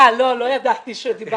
אה, לא ידעתי שדיברתם בשיחה.